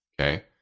okay